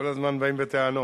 כל הזמן באים בטענות.